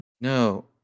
No